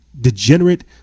degenerate